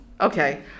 Okay